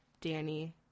Danny